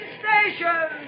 station